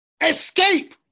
Escape